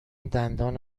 دندان